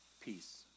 peace